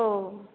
औ